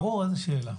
ברור, איזה שאלה.